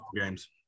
games